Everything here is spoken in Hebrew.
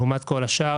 לעומת כל השאר,